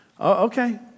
Okay